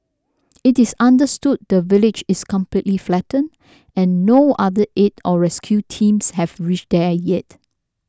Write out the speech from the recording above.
it is understood the village is completely flattened and no other aid or rescue teams have reached there yet